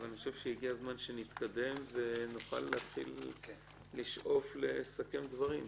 אבל אני חושב שהגיע הזמן שנתקדם ונוכל להתחיל לשאוף לסכם דברים.